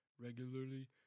regularly